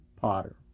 Potter